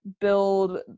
build